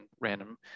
random